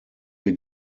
wir